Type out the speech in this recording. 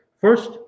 first